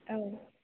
औ